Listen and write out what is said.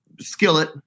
Skillet